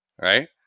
right